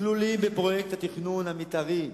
כלולים בפרויקט התכנון המיתארי,